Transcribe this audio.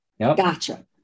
Gotcha